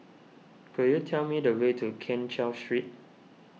could you tell me the way to Keng Cheow Street